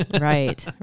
Right